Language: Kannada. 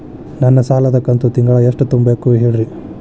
ನನ್ನ ಸಾಲದ ಕಂತು ತಿಂಗಳ ಎಷ್ಟ ತುಂಬಬೇಕು ಹೇಳ್ರಿ?